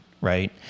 Right